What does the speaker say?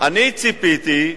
אמרתי.